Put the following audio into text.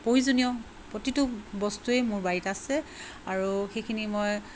প্ৰয়োজনীয় প্ৰতিটো বস্তুৱেই মোৰ বাৰীত আছে আৰু সেইখিনি মই